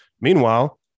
Meanwhile